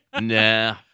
Nah